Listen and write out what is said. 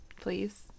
please